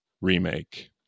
remake